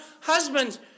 Husbands